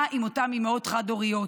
מה עם אותן אימהות חד-הוריות?